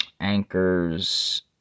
Anchor's